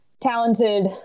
talented